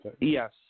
Yes